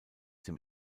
dem